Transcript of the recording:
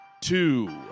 two